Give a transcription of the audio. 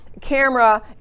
camera